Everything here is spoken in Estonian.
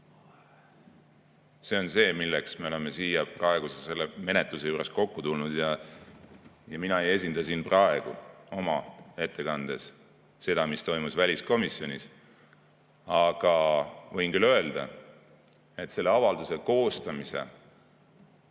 See on see, milleks me oleme siia selle menetluse juures kokku tulnud. Ja mina ei esinda praegu oma ettekandes seda, mis toimus väliskomisjonis. Aga võin küll öelda, et selle avalduse koostamise